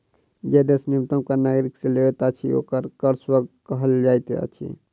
जे देश न्यूनतम कर नागरिक से लैत अछि, ओकरा कर स्वर्ग कहल जाइत अछि